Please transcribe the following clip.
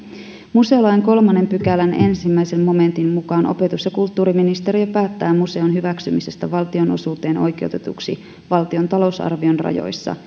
museolain kolmannen pykälän ensimmäisen momentin mukaan opetus ja kulttuuriministeriö päättää museon hyväksymisestä valtionosuuteen oikeutetuksi valtion talousarvion rajoissa